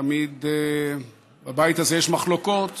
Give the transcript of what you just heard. תמיד בבית הזה יש מחלוקות